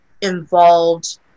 involved